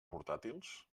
portàtils